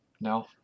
No